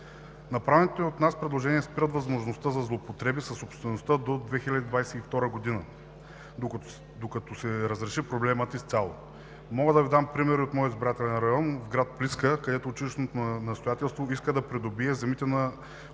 Направените от нас предложения спират възможността за злоупотреби със собствеността до 2022 г., докато се разреши проблемът изцяло. Мога да Ви дам пример и от моя избирателен район – град Плиска, където училищното настоятелство иска да придобие земите на